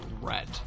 red